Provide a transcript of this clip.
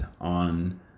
on